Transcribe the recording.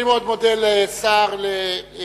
אני מאוד מודה לשר הדתות